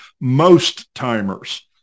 most-timers